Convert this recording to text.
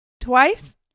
Twice